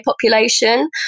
population